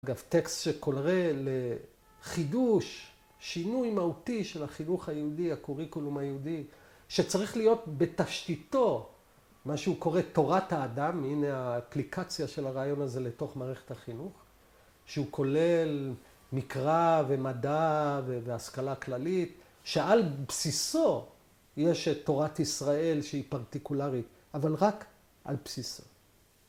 ‫אגב, טקסט שכולרי לחידוש, ‫שינוי מהותי של החינוך היהודי, ‫הקוריקולום היהודי, שצריך להיות ‫בתשתיתו מה שהוא קורא תורת האדם, ‫הנה האפליקציה של הרעיון הזה ‫לתוך מערכת החינוך, ‫שהוא כולל מקרא ומדע ‫והשכלה כללית, ‫שעל בסיסו יש את תורת ישראל ‫שהיא פרטיקולרית, אבל רק על בסיסו.